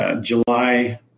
July